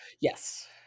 Yes